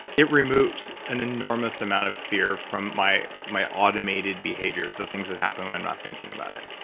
it removes an enormous amount of fear from my my automated behaviors, the things that happen when i'm not thinking about it.